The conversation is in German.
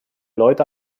leute